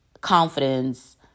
confidence